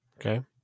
Okay